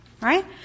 right